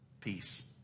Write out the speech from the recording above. peace